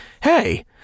hey